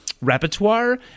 repertoire